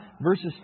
verses